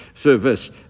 service